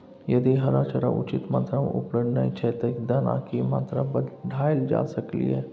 यदि हरा चारा उचित मात्रा में उपलब्ध नय छै ते दाना की मात्रा बढायल जा सकलिए?